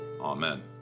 Amen